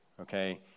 okay